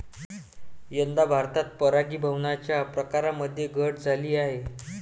यंदा भारतात परागीभवनाच्या प्रकारांमध्ये घट झाली आहे